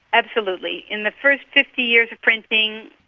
absolutely. in the first fifty years of printing,